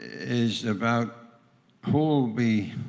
is about who will be